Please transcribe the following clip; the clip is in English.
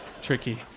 Tricky